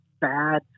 bad